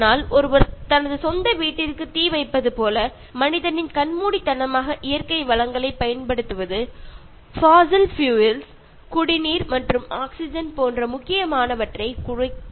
ஆனால் ஒருவர் தனது சொந்த வீட்டிற்கு தீ வைப்பது போல மனிதனின் கண்மூடித்தனமாக இயற்கை வளங்களைப் பயன்படுத்துவது போஷில் பியூல்ஸ் குடிநீர் மற்றும் ஆக்ஸிஜன் போன்ற முக்கியமானவற்றைக் குறைக்க வழிவகுக்கிறது